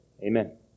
Amen